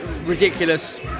ridiculous